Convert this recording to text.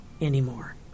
anymore